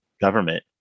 government